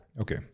Okay